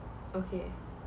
okay